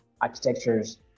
architectures